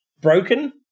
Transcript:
broken